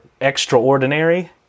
extraordinary